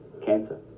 Cancer